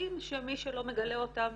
ממה את דואגת?